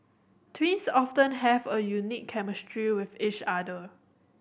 twins often have a unique chemistry with each other